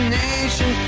nation